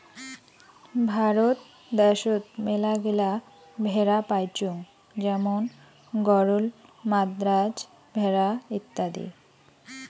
ভারত দ্যাশোত মেলাগিলা ভেড়া পাইচুঙ যেমন গরল, মাদ্রাজ ভেড়া ইত্যাদি